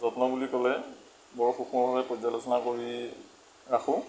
যত্ন বুলি ক'লে বৰ সুক্ষ্মভাৱে পৰ্যালোচনা কৰি ৰাখোঁ